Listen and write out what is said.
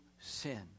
sin